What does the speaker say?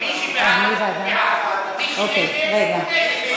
מי שבעד, בעד, מי שנגד, נגד.